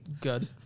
good